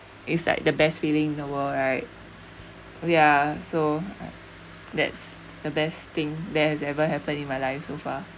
is like the best feeling in the world right ya so that's the best thing that has ever happen in my life so far